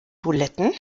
buletten